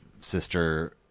sister